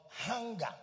hunger